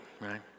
right